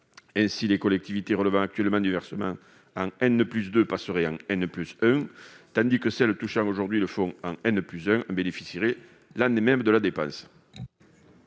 2021. Les collectivités relevant actuellement du versement en passeraient en tandis que celles touchant aujourd'hui le fonds en en bénéficieraient l'année même de la dépense.